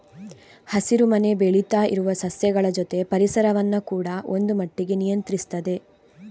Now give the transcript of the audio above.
ಹಸಿರು ಮನೆ ಬೆಳೀತಾ ಇರುವ ಸಸ್ಯಗಳ ಜೊತೆ ಪರಿಸರವನ್ನ ಕೂಡಾ ಒಂದು ಮಟ್ಟಿಗೆ ನಿಯಂತ್ರಿಸ್ತದೆ